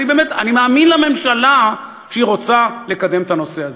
אני באמת מאמין לממשלה שהיא רוצה לקדם את הנושא הזה.